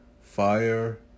fire